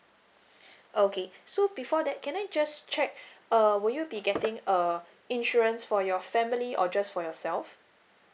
okay so before that can I just check uh would you be getting uh insurance for your family or just for yourself